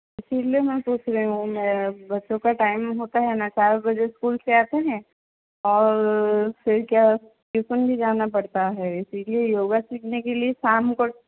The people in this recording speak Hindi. इसीलिए मैं सोच रही हूँ बच्चों का टाइम होता है ना चार बजे इस्कूल से आते हैं और फिर क्या ट्यूशन भी जाना पड़ता है इसीलिए योगा सीखने के लिए शाम को